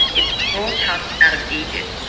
it's broadcast out of egypt.